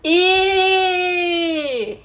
!ee!